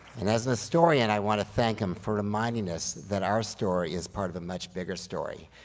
and as a historian, i wanna thank him for reminding us that our story is part of a much bigger story.